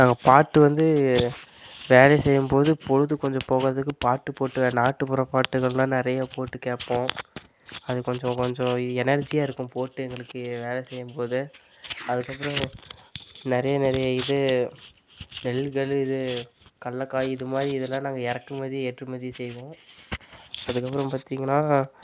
நாங்கள் பாட்டு வந்து வேலை செய்யும் போது பொழுது கொஞ்சம் போகாததுக்கு பாட்டு போட்டு நாட்டுபுற பாட்டுகள்லாம் நிறைய போட்டு கேட்போம் அது கொஞ்சம் கொஞ்சம் எனர்ஜியாக இருக்கும் போட்டு எங்களுக்கு வேலை செய்யும் போது அதுக்கப்புறம் நிறைய நிறைய இது நெல்கள் இது கள்ளக்காய் இது மாதிரி இதெல்லாம் நாங்கள் இறக்குமதி ஏற்றுமதி செய்வோம் அதுக்கப்புறம் பார்த்திங்கன்னா